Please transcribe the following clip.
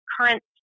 current